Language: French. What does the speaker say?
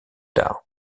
tard